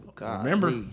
Remember